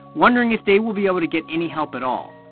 wondering if they will be able to get any help at all,